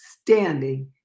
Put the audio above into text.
standing